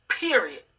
Period